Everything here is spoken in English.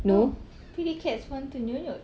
no pretty cats want to nyonyot